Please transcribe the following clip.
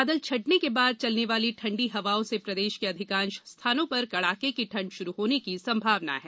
बादल छंटने के बाद चलने वाली ठण्डी हवाओं से प्रदेश के अधिकांश स्थानों पर कड़ाके की ठंड शुरू होने की संभावना है